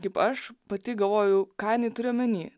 kaip aš pati galvojau ką jinai turi omeny